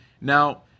Now